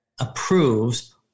approves